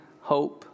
hope